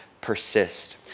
Persist